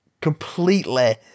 completely